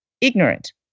ignorant